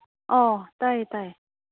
ꯑꯣ ꯇꯥꯏꯌꯦ ꯇꯥꯏꯌꯦ